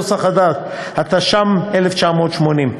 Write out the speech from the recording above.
התש"ם 1980,